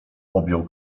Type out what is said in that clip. objął